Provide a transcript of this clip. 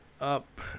up